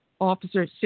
officer